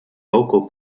vocal